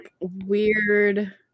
weird